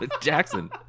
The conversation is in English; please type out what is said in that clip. Jackson